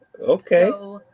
okay